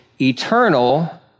eternal